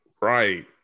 Right